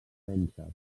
vèncer